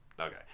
okay